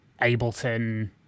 Ableton